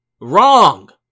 Wrong